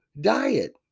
diet